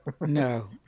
No